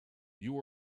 you